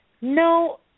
No